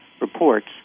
reports